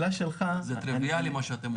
זה טריוויאלי מה שאתם אומרים.